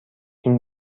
این